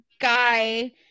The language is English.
guy